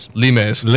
limes